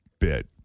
bit